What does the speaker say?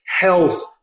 health